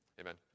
Amen